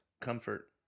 Comfort